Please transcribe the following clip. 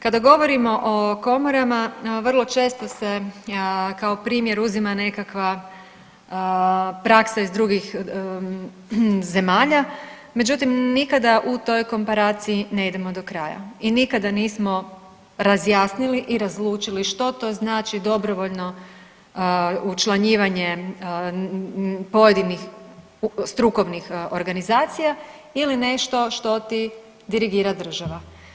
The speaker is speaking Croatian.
Kada govorimo o komorama, vrlo često se kao primjer uzima nekakva praksa iz drugih zemalja, međutim, nikada u toj komparaciji ne idemo do kraja i nikada nismo razjasnili i razlučili što to znači dobrovoljno učlanjivanje pojedinih strukovnih organizacija ili nešto što ti dirigira država.